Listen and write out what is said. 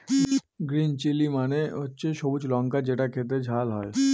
green chilli মানে হচ্ছে সবুজ লঙ্কা যেটা খেতে ঝাল হয়